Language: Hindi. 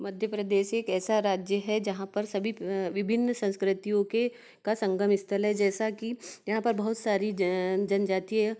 मध्यप्रदेश ही एक ऐसा राज्य है जहाँ पर सभी विभिन्न संस्कृतियों के का संगम स्थल है जैसा कि यहाँ पर बहुत सारी जनजातीय